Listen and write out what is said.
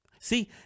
See